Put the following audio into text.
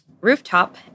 rooftop